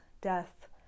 death